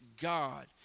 God